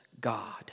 God